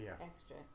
extra